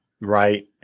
Right